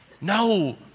No